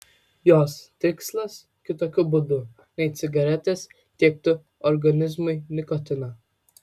jos tikslas kitokiu būdu nei cigaretės tiekti organizmui nikotiną